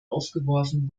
aufgeworfen